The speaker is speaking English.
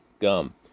gum